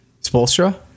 Spolstra